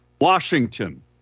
Washington